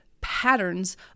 patterns